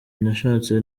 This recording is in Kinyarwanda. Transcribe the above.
nashatse